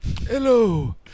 Hello